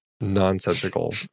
nonsensical